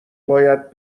باید